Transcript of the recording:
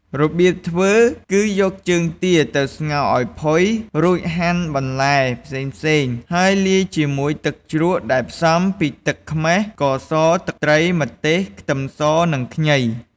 របៀបធ្វើគឺយកជើងទាទៅស្ងោរឱ្យផុយ រួចហាន់បន្លែផ្សេងៗ ហើយលាយជាមួយទឹកជ្រក់ដែលផ្សំពីទឹកខ្មេះ, ស្ករស, ទឹកត្រី, ម្ទេស, ខ្ទឹមស និងខ្ញី។